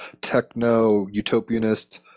techno-utopianist